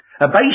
Abase